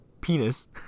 penis